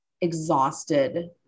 exhausted